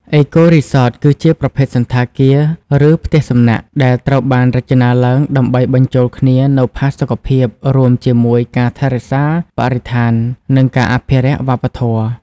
អេកូរីសតគឺជាប្រភេទសណ្ឋាគារ ឬផ្ទះសំណាក់ដែលត្រូវបានរចនាឡើងដើម្បីបញ្ចូលគ្នានូវផាសុកភាព រួមជាមួយការថែរក្សាបរិស្ថាន និងការអភិរក្សវប្បធម៌។